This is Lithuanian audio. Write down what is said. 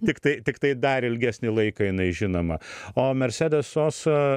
tiktai tiktai dar ilgesnį laiką jinai žinoma o mersedes osa